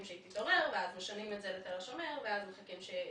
שהיא תתעורר ואז משנעים את זה לתל השומר ומחכים לתשובות.